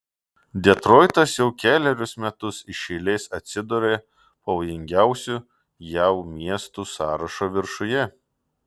detroitas jau kelerius metus iš eilės atsiduria pavojingiausių jav miestų sąrašo viršuje